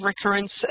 recurrence